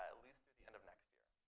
ah least through the end of next year.